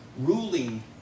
Ruling